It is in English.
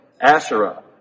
Asherah